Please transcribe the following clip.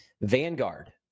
Vanguard